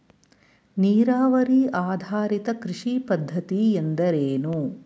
ನೀರಾವರಿ ಆಧಾರಿತ ಕೃಷಿ ಪದ್ಧತಿ ಎಂದರೇನು?